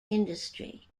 industry